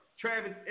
Travis